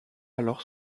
alors